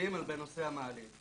מדהים בנושא המעלית.